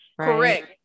correct